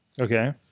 Okay